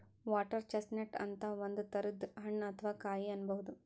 water chestnut ಅಂತ್ ಒಂದ್ ತರದ್ ಹಣ್ಣ್ ಅಥವಾ ಕಾಯಿ ಅನ್ಬಹುದ್